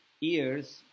ears